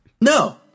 No